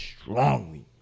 strongly